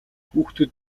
хүүхдүүд